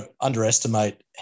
underestimate